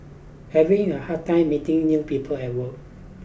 having a hard time meeting new people at work